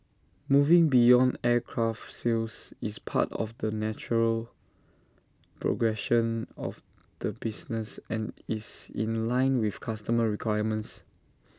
moving beyond aircraft sales is part of the natural progression of the business and is in line with customer requirements